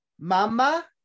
Mama